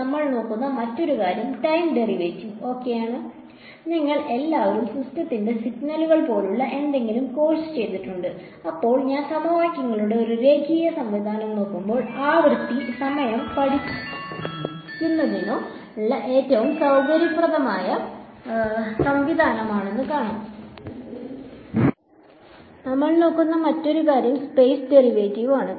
നമ്മൾ നോക്കുന്ന മറ്റൊരു കാര്യം ടൈം ഡെറിവേറ്റീവ് ഓകെ ആണ്